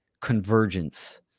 convergence